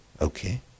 Okay